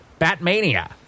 Batmania